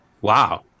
Wow